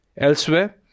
Elsewhere